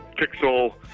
pixel